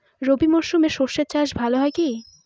রবি মরশুমে সর্ষে চাস ভালো হয় কি?